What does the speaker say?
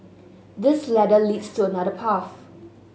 this ladder leads to another path